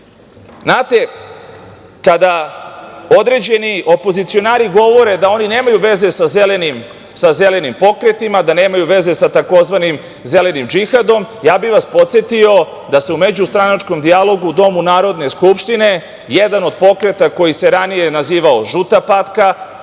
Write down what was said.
kada određeni opozicionari govore da oni nemaju veze sa zelenim pokretima, da nemaju veze sa tzv. zelenim džihadom, podsetio bih vas da se u međustranačkom dijalogu u domu Narodne skupštine jedan od pokreta koji se ranije nazivao „Žuta patka“,